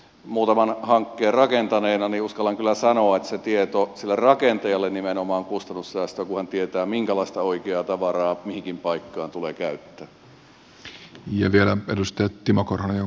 muutaman hankkeen rakentaneena uskallan kyllä sanoa että se tieto on nimenomaan sille rakentajalle kustannussäästö kun hän tietää minkälaista oikeaa tavaraa mihinkin paikkaan tulee käyttää